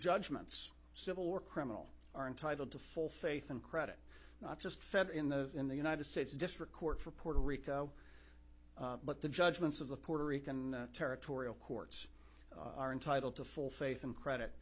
judgments civil war criminal are entitled to full faith and credit not just fed in the in the united states district court for puerto rico but the judgments of the puerto rican territorial courts are entitled to full faith and credit